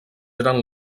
eren